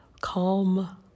calm